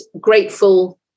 grateful